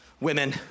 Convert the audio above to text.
women